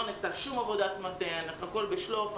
לא נעשתה שום עבודת מטה, אנחנו הכל בשלוף.